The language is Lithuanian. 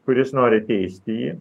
kuris nori teisti jį